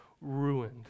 ruined